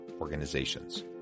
Organizations